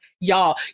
y'all